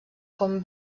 com